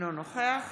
אינו נוכח